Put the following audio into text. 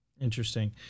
Interesting